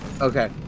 Okay